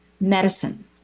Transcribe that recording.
medicine